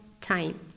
time